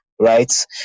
right